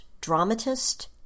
dramatist